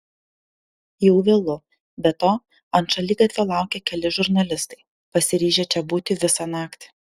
jau vėlu be to ant šaligatvio laukia keli žurnalistai pasiryžę čia būti visą naktį